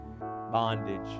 bondage